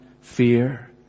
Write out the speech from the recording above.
fear